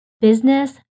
business